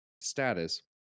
status